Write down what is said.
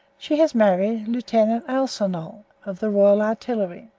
she has married lieutenant alsanol, of the royal artillery,